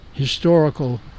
historical